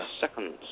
seconds